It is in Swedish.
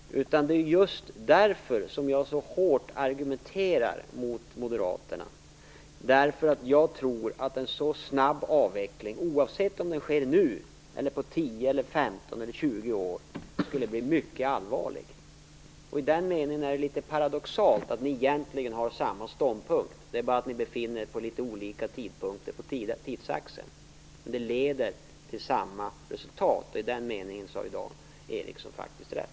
Jag argumenterar så hårt mot Moderaterna just därför att jag tror att en så snabb avveckling - oavsett om den sker nu eller på 10, 15 eller 20 år - skulle bli mycket allvarlig. I den meningen är det litet paradoxalt att ni egentligen har samma ståndpunkt. Ni befinner er bara på litet olika tidpunkter på tidsaxeln, men resultatet blir detsamma. I den meningen har Dan Ericsson faktiskt rätt.